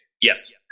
Yes